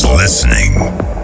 listening